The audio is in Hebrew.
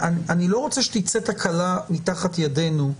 אני לא רוצה שתצא תקלה מתחת ידינו,